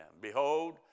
Behold